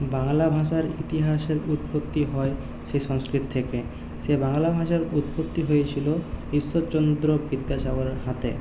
বাংলা ভাষার ইতিহাসের উৎপত্তি হয় সেই সংস্কৃত থেকে সেই বাংলা ভাষার উৎপত্তি হয়েছিলো ঈশ্বরচন্দ্র বিদ্যাসাগরের হাতে